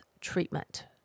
treatment